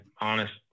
honest